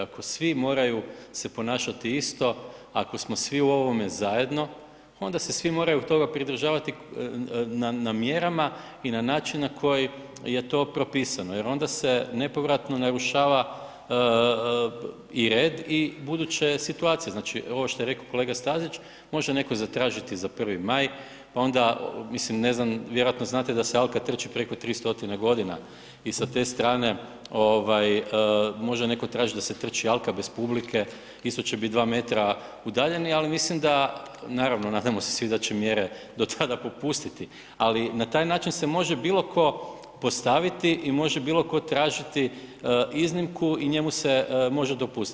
Ako svi moraju se ponašati isto, ako smo svi u ovome zajedno, onda se svi moraju toga pridržavati na mjerama i na način na koji je to propisano jer onda se nepovratno narušava i red i buduće situacije, znači ovo što je rekao kolega Stazić, može netko zatražiti za 1. maj, pa onda, mislim ne znam, vjerojatno znate da se Alka trči preko 3 stotine godine i sa te strane može netko tražiti da se trči Alka bez publike, isto će biti 2 m udaljeni, ali mislim dan, naravno, nadamo se svi da će mjere do tada popustiti, ali na taj način se može bilo tko postaviti i može bilo tko tražiti iznimku i njemu se može dopustiti.